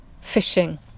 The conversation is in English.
fishing